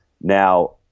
Now